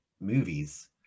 movies